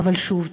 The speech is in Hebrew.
אבל שוב.